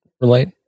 relate